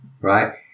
right